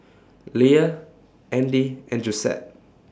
Leia Andy and Josette